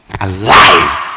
alive